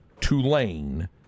Tulane